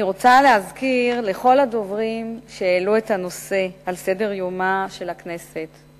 אני רוצה להזכיר לכל הדוברים שהעלו את הנושא על סדר-יומה של הכנסת,